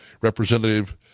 Representative